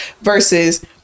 versus